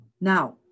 Now